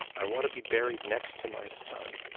i want to be buried next to my son.